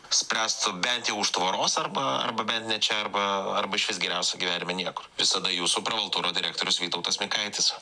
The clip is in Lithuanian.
spręstų bent jau už tvoros arba arba bent ne čia arba arba išvis geriausia gyvenime niekur visada jūsų pravalturo direktorius vytautas mikaitis